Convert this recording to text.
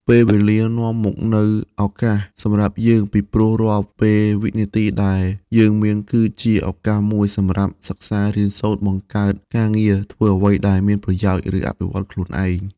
ពេលវេលានាំមកនូវឱកាសសម្រាប់យើង ពីព្រោះរាល់ពេលវិនាទីដែលយើងមាន គឺជាឱកាសមួយសម្រាប់សិក្សារៀនសូត្រ បង្កើតការងារ ធ្វើអ្វីដែលមានប្រយោជន៍ ឬអភិវឌ្ឍខ្លួនឯង។